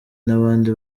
n’abandi